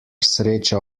sreča